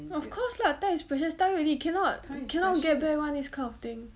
of course lah time is precious tell you already cannot you cannot get back [one] is kind of thing